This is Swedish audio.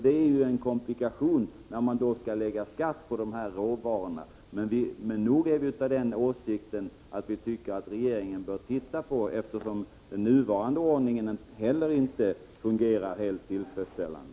Det är en komplikation när det gäller att belägga dessa råvaror med skatt. Vår åsikt är alltså att regeringen bör undersöka denna sak, eftersom nuvarande ordning inte heller är helt tillfredsställande.